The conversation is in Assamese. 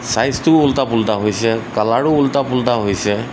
চাইজটোও ওলটা পুলটা হৈছে কালাৰো ওলটা পুলটা হৈছে